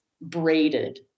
braided